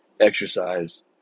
exercise